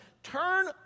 turn